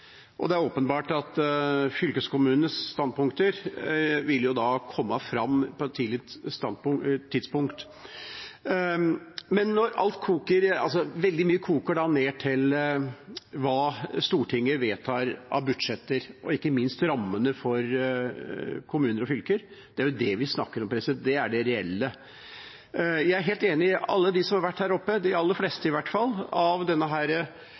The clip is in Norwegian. og det er åpenbart at fylkeskommunenes standpunkter vil komme fram på et tidlig tidspunkt. Veldig mye koker ned til hva Stortinget vedtar av budsjetter, ikke minst rammene for kommuner og fylker. Det er jo det vi snakker om. Det er det reelle. Jeg er helt enig med alle dem som har vært her oppe – de aller fleste i hvert fall – i beskrivelsen av